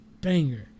Banger